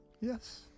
Yes